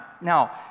Now